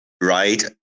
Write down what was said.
right